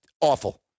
awful